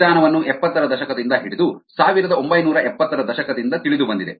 ಈ ವಿಧಾನವನ್ನು ಎಪ್ಪತ್ತರ ದಶಕದಿಂದ ಹಿಡಿದು ಸಾವಿರದ ಒಂಬೈನೂರ ಎಪ್ಪತರ ದಶಕದಿಂದ ತಿಳಿದುಬಂದಿದೆ